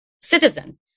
citizen